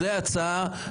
זאת ההצעה,